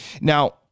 Now